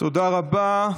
תודה רבה.